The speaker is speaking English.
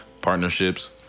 Partnerships